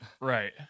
Right